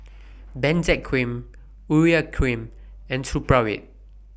Benzac Cream Urea Cream and Supravit